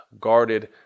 guarded